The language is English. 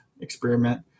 experiment